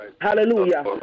Hallelujah